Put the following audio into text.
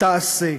תעשה.